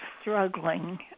struggling